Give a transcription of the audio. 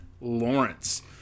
Lawrence